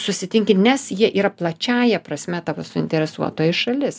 susitinki nes jie yra plačiąja prasme tavo suinteresuotoji šalis